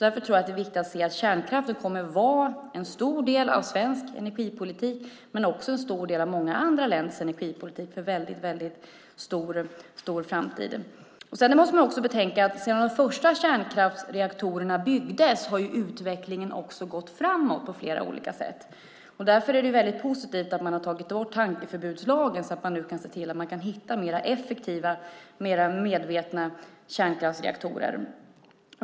Därför är det viktigt att se att kärnkraften kommer att vara en stor del av svensk och andra länders energipolitik under lång tid framöver. Man måste också betänka att sedan de första kärnkraftsreaktorerna byggdes har utvecklingen gått framåt på flera olika sätt. Därför är det positivt att man har tagit bort tankeförbudslagen så att man kan hitta bättre och mer effektiva kärnkraftsreaktorer.